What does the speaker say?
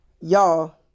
y'all